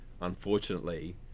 unfortunately